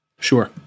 Sure